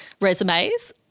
resumes